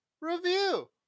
review